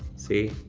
see,